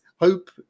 hope